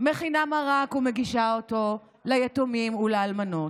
מכינה מרק ומגישה אותו ליתומים ולאלמנות.